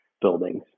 buildings